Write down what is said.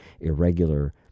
irregular